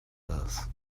earth